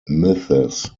myths